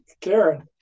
Karen